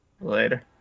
Later